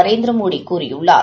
நரேந்திரமோடி கூறியுள்ளார்